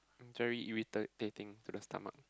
very irritating to the stomach